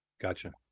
Gotcha